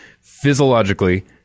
physiologically